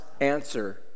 answer